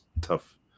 tough